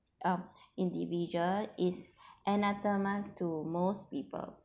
um individual is autonomous to most people